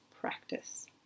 practice